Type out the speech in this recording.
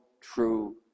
true